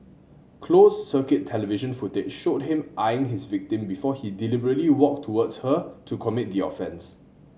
closed circuit television footage showed him eyeing his victim before he deliberately walked towards her to commit the offence